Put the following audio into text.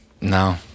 no